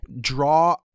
draw